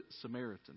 Samaritan